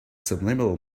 subliminal